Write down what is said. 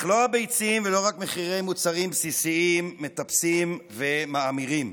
ולא רק מחירי מוצרים בסיסיים מטפסים ומאמירים,